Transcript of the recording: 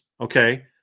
Okay